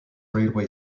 railway